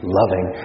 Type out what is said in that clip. loving